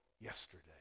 yesterday